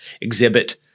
exhibit